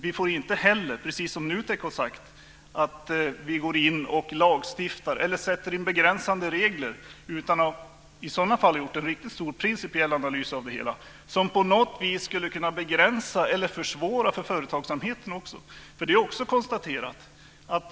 Vi får inte heller, precis som NUTEK har sagt, sätta in begränsande regler som på något sätt skulle kunna försvåra för företagsamheten utan att ha gjort en principiell analys av det hela.